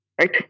right